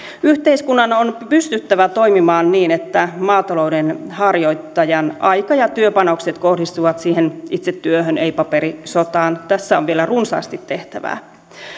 yhteiskunnan on pystyttävä toimimaan niin että maatalouden harjoittajan aika ja työpanokset kohdistuvat siihen itse työhön ei paperisotaan tässä on vielä runsaasti tehtävää